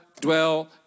dwell